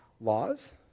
laws